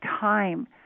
time